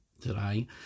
today